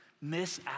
miss